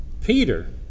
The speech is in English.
Peter